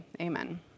Amen